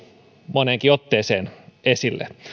moneenkin otteeseen esille